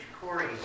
Corey